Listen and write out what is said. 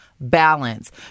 balance